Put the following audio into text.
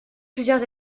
plusieurs